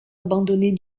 abandonnée